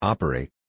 Operate